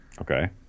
Okay